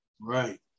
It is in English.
Right